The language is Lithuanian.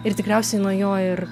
ir tikriausiai nuo jo ir